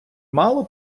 мало